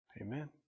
Amen